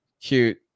cute